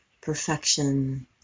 perfection